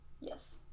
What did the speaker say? yes